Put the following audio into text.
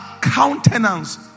countenance